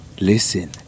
listen